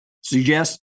suggest